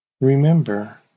remember